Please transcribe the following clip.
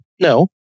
No